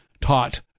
taught